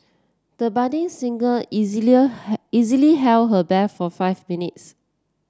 the budding singer easily held her breath for five minutes